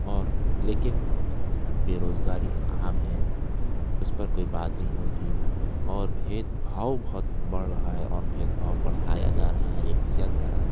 اور لیکن بے روزگاری عام ہے اس پر کوئی بات نہیں ہوتی اور بھید بھاؤ بہت بڑھ رہا ہے اور بھید بھاؤ بڑھایا جا رہا ہے یا کیا جا رہا ہے